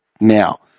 Now